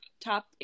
top